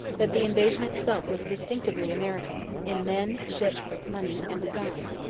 but the invasion itself was distinctively american, in men, ships, money, and design.